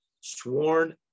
sworn